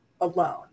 alone